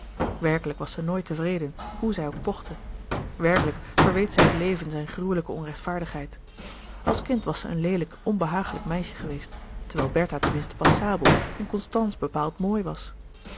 werkelijk was zij nooit tevreden hoe zij ook pochte werkelijk verweet zij het leven zijne gruwelijke onrechtvaardigheid als kind was zij een leelijk onbehagelijk meisje geweest terwijl bertha ten minste passabel en constance bepaald mooi was